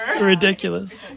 ridiculous